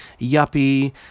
yuppie